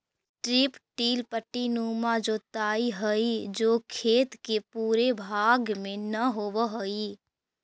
strip till पट्टीनुमा जोताई हई जो खेत के पूरे भाग में न होवऽ हई